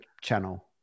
channel